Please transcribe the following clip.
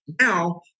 Now